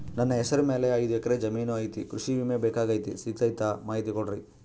ನನ್ನ ಹೆಸರ ಮ್ಯಾಲೆ ಐದು ಎಕರೆ ಜಮೇನು ಐತಿ ಕೃಷಿ ವಿಮೆ ಬೇಕಾಗೈತಿ ಸಿಗ್ತೈತಾ ಮಾಹಿತಿ ಕೊಡ್ರಿ?